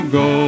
go